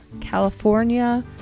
california